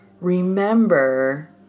remember